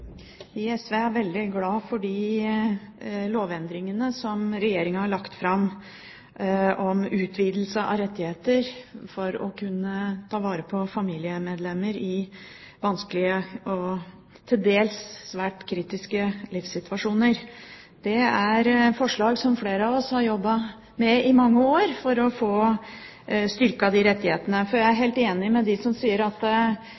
lagt fram om utvidelse av rettigheter for å kunne ta vare på familiemedlemmer i vanskelige og til dels svært kritiske livssituasjoner. Det er forslag som flere av oss har jobbet med i mange år, for å få styrket de rettighetene. Jeg er helt enig med dem som sier at